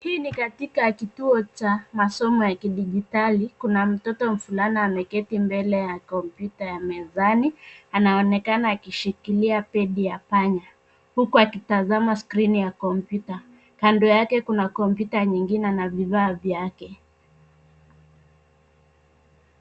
Hii ni katika kituo cha masomo ya kidigitali kuna mtoto mvulana ameketi mbele ya komputa ya mezani, anaonekana akishikilia pegi ya panya, huku akitazama skrini ya kompyuta. Kando yake kuna kompyuta nyingine na vifaa vyake.